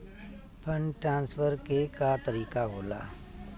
Fund transfer के का तरीका होला?